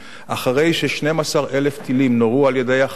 אחרי ש-12,000 טילים נורו על ידי ה"חמאס"